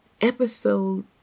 Episode